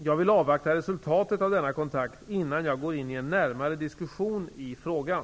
Jag vill avvakta resultatet av denna kontakt innan jag går in i en närmare diskussion i frågan.